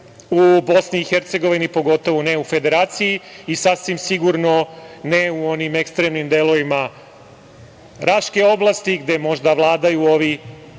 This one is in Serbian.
u Bosni i Hercegovini, pogotovo ne u Federaciji, i sasvim sigurno ne u onim ekstremnim delovima Raške oblasti gde možda vladaju ovi